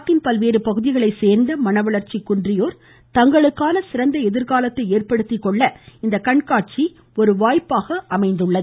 நாட்டின் பல்வேறு பகுதிகளைச் சோ்ந்த மன வளர்ச்சி குன்றியோர் தங்களுக்கான சிறந்த எதிர்காலத்தை ஏற்படுத்திக் கொள்ள இந்த கண்காட்சி ஒரு வாய்ப்பாக அமைந்துள்ளது